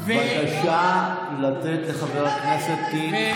בבקשה לתת לחבר הכנסת טיבי,